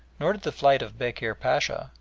nor did the flight of bekir pacha,